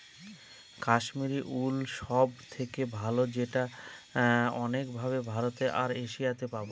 Kashmiri wool সব থেকে ভালো এটা অনেক ভাবে ভারতে আর এশিয়াতে পাবো